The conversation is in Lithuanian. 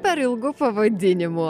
per ilgu pavadinimu